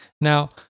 Now